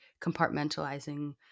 compartmentalizing